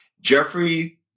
Jeffrey